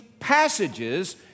passages